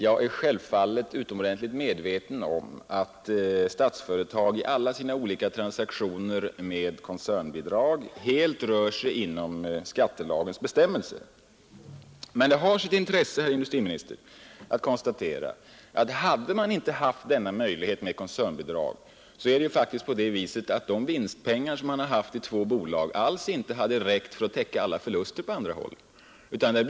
Jag är självfallet medveten om att Statsföretag i sina olika transaktioner med koncernbidrag helt rör sig inom skattelagstiftningens bestämmelser. Men det har sitt intresse att konstatera, herr industriminister, att hade man inte haft denna möjlighet skulle vinsterna i dessa två bolag inte alls ha räckt att täcka alla förluster på andra håll.